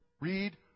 read